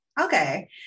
Okay